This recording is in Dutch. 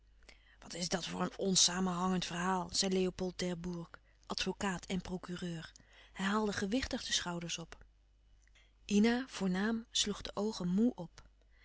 wat is dat voor een onsamenhangend verhaal zei leopold d'herbourg advokaat en procureur hij haalde gewichtig de schouders op ina voornaam sloeg de oogen moê op